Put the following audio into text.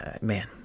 man